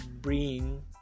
bring